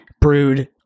brood